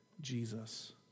Jesus